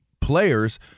players